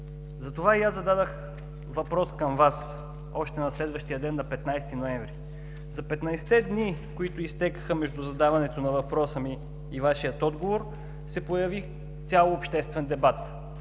Затова и аз зададох въпрос към Вас още на следващият ден – на 15 ноември. За петнадесетте дни, които изтекоха между задаването на въпроса ми и Вашия отговор, се появи цял обществен дебат.